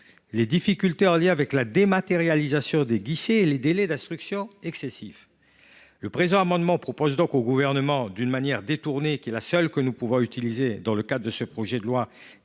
les difficultés en lien avec la dématérialisation des guichets et les délais d’instruction excessifs. Par cet amendement, nous proposons au Gouvernement, d’une manière qui est certes détournée, mais qui est la seule que nous puissions utiliser dans le cadre de ce projet de loi,